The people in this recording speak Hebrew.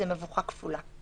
זו מבוכה כפולה.